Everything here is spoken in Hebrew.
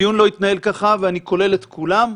הדיון לא יתנהל ככה ואני כולל את כולם.